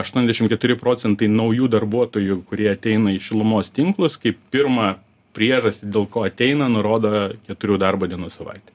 aštuoniadešim keturi procentai naujų darbuotojų kurie ateina į šilumos tinklus kaip pirmą priežastį dėl ko ateina nurodo keturių darbo dienų savaitę